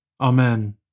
Amen